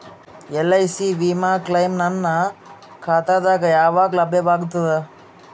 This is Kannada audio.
ಎಲ್.ಐ.ಸಿ ವಿಮಾ ಕ್ಲೈಮ್ ನನ್ನ ಖಾತಾಗ ಯಾವಾಗ ಲಭ್ಯವಾಗತದ?